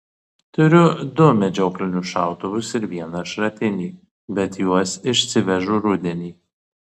turiu du medžioklinius šautuvus ir vieną šratinį bet juos išsivežu rudenį